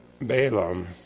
Balaam